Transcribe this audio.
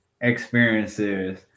experiences